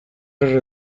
erre